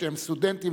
כשהם סטודנטים,